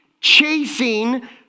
chasing